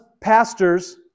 pastors